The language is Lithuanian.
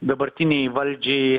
dabartinei valdžiai